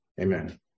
Amen